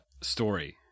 story